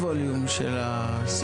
בזה.